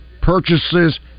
purchases